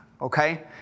okay